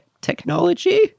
Technology